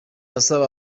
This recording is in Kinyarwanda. asaba